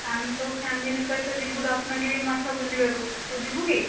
ଆମେ ସବୁ ଫ୍ୟାମିଲି ସହିତ ଯିବୁ ରତ୍ନଗିରି ମଠ ବୁଲିବାକୁ ତୁ ଯିବୁ କି